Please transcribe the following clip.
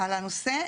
על הנושא,